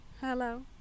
hello